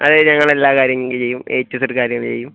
അതെ ഞങ്ങളെല്ലാ കാര്യങ്ങളും ചെയ്യും എ ടു സെഡ് കാര്യങ്ങൾ ചെയ്യും